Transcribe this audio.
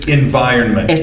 environment